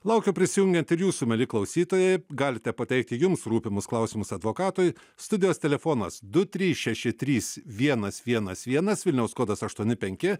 laukiu prisijungiant ir jūsų mieli klausytojai galite pateikti jums rūpimus klausimus advokatui studijos telefonas du trys šeši trys vienas vienas vienas vilniaus kodas aštuoni penki